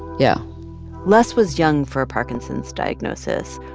yeah less was young for a parkinson's diagnosis,